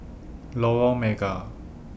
Lorong Mega